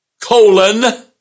colon